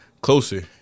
closer